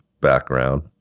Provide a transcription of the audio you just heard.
background